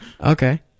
Okay